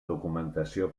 documentació